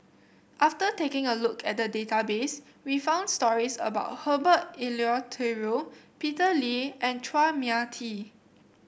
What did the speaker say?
after taking a look at the database we found stories about Herbert Eleuterio Peter Lee and Chua Mia Tee